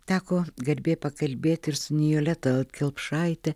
teko garbė pakalbėt ir su nijole talat kelpšaite